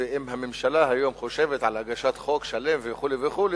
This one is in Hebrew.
ואם הממשלה היום חושבת על הגשת חוק שלם וכו' וכו',